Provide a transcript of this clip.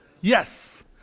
Yes